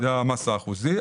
זה המס האחוזי.